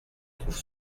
trouve